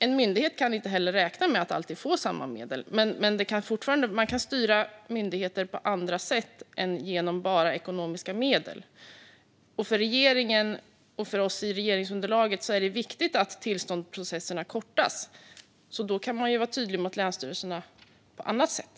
En myndighet kan inte heller räkna med att alltid få samma medel. Myndigheter kan dock styras på andra sätt än bara genom ekonomiska medel. För regeringen och för oss i regeringsunderlaget är det viktigt att tillståndsprocesserna kortas, och då kan vi vara tydliga mot länsstyrelserna på annat sätt.